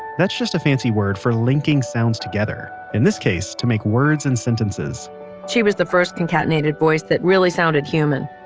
that's just a fancy word for linking sounds together, in this case to make words and sentences she was the first concatenated voice that really sounded human.